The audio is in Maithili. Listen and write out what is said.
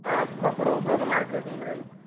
हँ कपड़ो उपड़ोके मार्केटिंग हइ